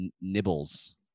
nibbles